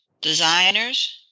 designers